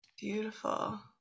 beautiful